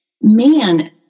man